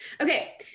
Okay